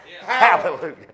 Hallelujah